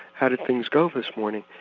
how did things go this morning?